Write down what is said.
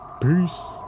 Peace